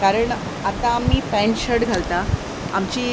कारण आतां आमी पँट शर्ट घालता आमची